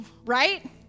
Right